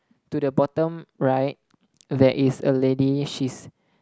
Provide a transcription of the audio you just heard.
to the bottom right there is a lady she's